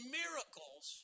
miracles